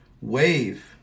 wave